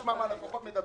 תשמע מה הלקוחות מדברים,